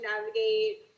navigate